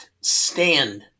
stand